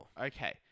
Okay